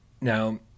now